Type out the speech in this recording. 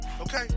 Okay